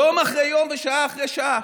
יום אחרי יום ושעה אחרי שעה,